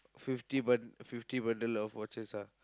fifty bun~ fifty bundle of watches ah